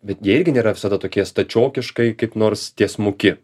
bet jie irgi nėra visada tokie stačiokiškai kaip nors tiesmuki